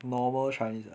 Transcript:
normal chinese lah